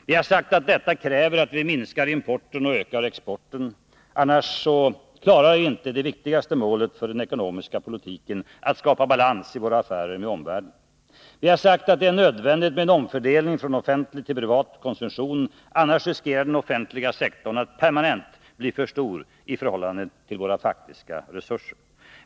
Vi har sagt att detta kräver att vi minskar importen och ökar exporten; annars klarar vi inte det viktigaste målet för den ekonomiska politiken — att skapa balans i våra affärer med omvärlden. Vi har sagt att det är nödvändigt med en omfördelning från offentlig till privat konsumtion; annars riskerar den offentliga sektorn att permanent bli för stor i förhållande till våra faktiska resurser.